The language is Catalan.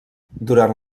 durant